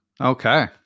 Okay